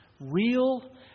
real